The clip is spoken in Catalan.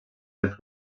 del